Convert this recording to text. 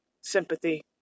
Sympathy